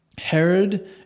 Herod